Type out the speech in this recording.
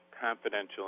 confidential